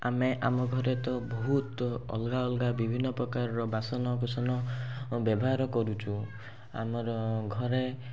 ଆମେ ଆମ ଘରେ ତ ବହୁତ ଅଲଗା ଅଲଗା ବିଭିନ୍ନ ପ୍ରକାରର ବାସନକୁସନ ବ୍ୟବହାର କରୁଛୁ ଆମର ଘରେ